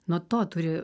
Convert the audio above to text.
nuo to turi